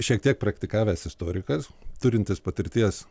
šiek tiek praktikavęs istorikas turintis patirties